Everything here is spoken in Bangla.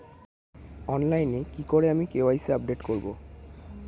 অনলাইনে কি করে আমি কে.ওয়াই.সি আপডেট করব?